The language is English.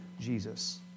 Jesus